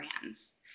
brands